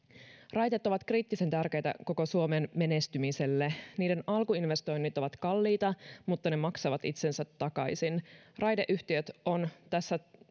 raiteet ovat kriittisen tärkeitä koko suomen menestymiselle niiden alkuinvestoinnit ovat kalliita mutta ne maksavat itsensä takaisin raideyhtiöt